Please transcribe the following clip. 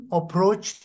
approach